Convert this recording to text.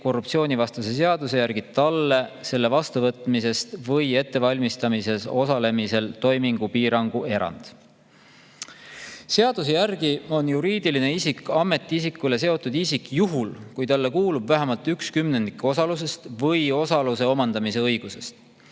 korruptsioonivastase seaduse järgi talle selle vastuvõtmises või ettevalmistamises osalemisel toimingupiirangu erand. Seaduse järgi on juriidiline isik ametiisikule seotud isik juhul, kui talle kuulub vähemalt üks kümnendik osalusest või osaluse omandamise õigusest.